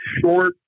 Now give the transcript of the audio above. Short